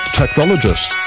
technologist